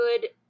good